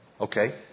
Okay